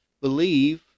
believe